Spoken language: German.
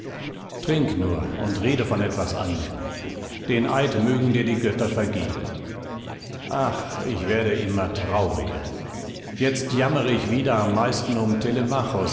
trink nur und rede von etwas anderem den eid mögen dir die götter vergeben ach ich werde immer trauriger jetzt jammere ich wieder am meisten um